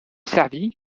servi